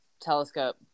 telescope